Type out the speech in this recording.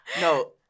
No